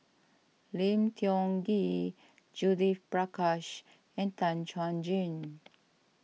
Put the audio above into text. Lim Tiong Ghee Judith Prakash and Tan Chuan Jin